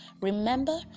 Remember